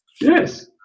Yes